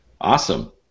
Awesome